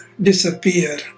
disappear